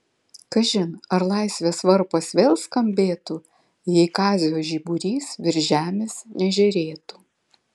kažin ar laisvės varpas vėl skambėtų jei kazio žiburys virš žemės nežėrėtų